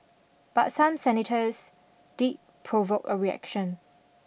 but some senators did provoke a reaction